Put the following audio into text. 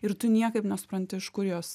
ir tu niekaip nesupranti iš kur jos